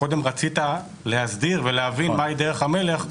שקודם רצית להסדיר ולהבין מהי דרך המלך,